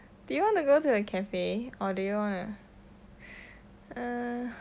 do you want to go to a cafe or do you want to err